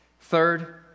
Third